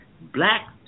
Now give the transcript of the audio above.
black